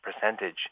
percentage